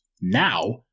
now